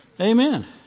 Amen